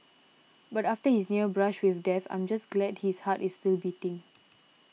but after his near brush with death I'm just glad his heart is still beating